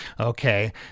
Okay